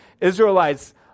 Israelites